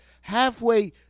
halfway